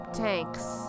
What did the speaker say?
tanks